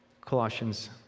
Colossians